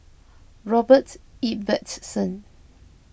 Robert Ibbetson